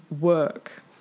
work